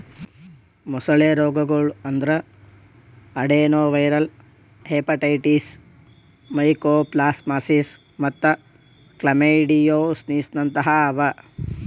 ಮೊಸಳೆ ರೋಗಗೊಳ್ ಅಂದುರ್ ಅಡೆನೊವೈರಲ್ ಹೆಪಟೈಟಿಸ್, ಮೈಕೋಪ್ಲಾಸ್ಮಾಸಿಸ್ ಮತ್ತ್ ಕ್ಲಮೈಡಿಯೋಸಿಸ್ನಂತಹ ಅವಾ